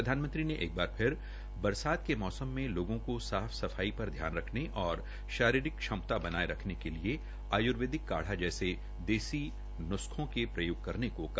प्रधानमंत्री ने एक बार फिर बरसात के मौसम में लोगों को साफ सफाई पर ध्यान रखने और शारीरिक क्षमता बनाये रखने के लिए आर्युर्वेदिक काढ़ा जैसे देसी नुस्खों का प्रयोग करने को कहा